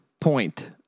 point